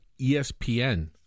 ESPN